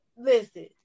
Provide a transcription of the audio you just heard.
Listen